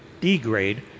degrade